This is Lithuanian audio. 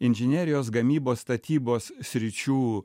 inžinerijos gamybos statybos sričių